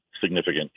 significant